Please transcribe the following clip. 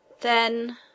Then